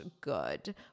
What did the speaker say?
good